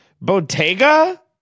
Bottega